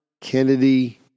Kennedy